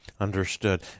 Understood